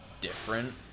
different